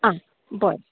आं बरें